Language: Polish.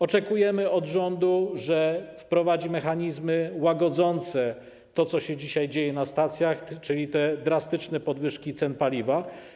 Oczekujemy od rządu, że wprowadzi mechanizmy łagodzące to, co się dzisiaj dzieje na stacjach, czyli te drastyczne podwyżki cen paliwa.